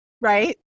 right